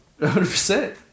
100%